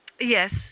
yes